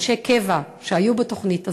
אנשי קבע שהיו בתוכנית הזו,